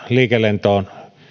liikelentoja